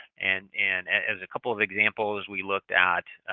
and and as a couple of examples, we looked at